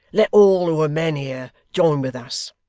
let all who're men here, join with us.